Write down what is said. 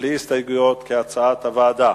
בלי הסתייגויות, כהצעת הוועדה.